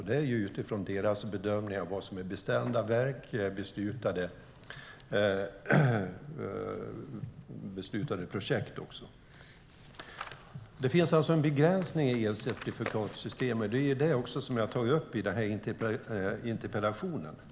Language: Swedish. Det är utifrån deras bedömning av vad som är bestämda verk och beslutade projekt. Det finns alltså en begränsning i elcertifikatssystemet, vilket jag har tagit upp i interpellationen.